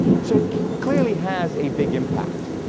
so it clearly has a big impact,